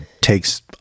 takes